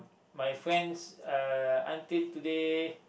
my friends uh until today